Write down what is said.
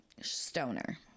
stoner